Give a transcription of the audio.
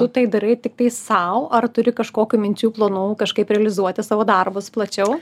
tu tai darai tiktai sau ar turi kažkokių minčių planų kažkaip realizuoti savo darbus plačiau